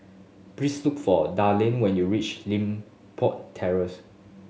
please look for Darlene when you reach Limpok Terrace